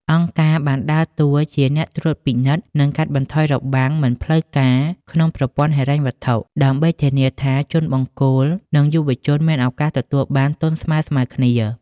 អង្គការបានដើរតួជាអ្នកត្រួតពិនិត្យ និងកាត់បន្ថយរបាំងមិនផ្លូវការក្នុងប្រព័ន្ធហិរញ្ញវត្ថុ ដើម្បីធានាថាជនបង្គោល និងយុវជនមានឱកាសទទួលបានទុនស្មើៗគ្នា។